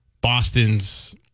Boston's